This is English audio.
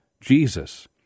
Jesus